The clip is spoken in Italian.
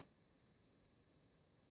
La seduta è tolta